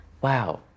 Wow